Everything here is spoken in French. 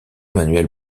manuel